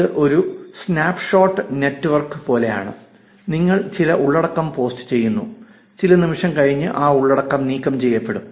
ഇത് ഒരു snapshot network പോലെയാണ് നിങ്ങൾ ചില ഉള്ളടക്കം പോസ്റ്റുചെയ്യുന്നു ചില നിമിഷം കഴിഞ്ഞു ആ ഉള്ളടക്കം നീക്കം ചെയ്യപ്പെടും